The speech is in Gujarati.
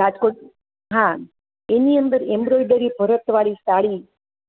રાજકોટ હા એની અંદર એમબ્રોઇડરી ભરતવાળી સાડી